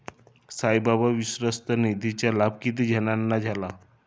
साईबाबा विश्वस्त निधीचा लाभ किती जणांना झाला?